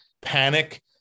panic